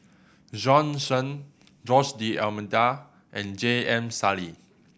Bjorn Shen Jose D'Almeida and J M Sali